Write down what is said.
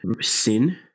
sin